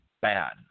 bad